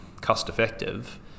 cost-effective